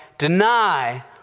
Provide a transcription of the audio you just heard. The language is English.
Deny